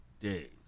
days